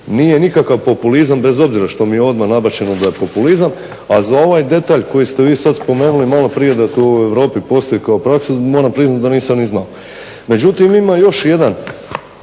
nije nikakav populizam bez obzira što mi je odmah nabačeno da je populizam. A za ovaj detalj koji ste vi sada spomenuli malo prije da to u Europi postoji kao praksa moram priznati da nisam ni znao. Međutim ima još jedan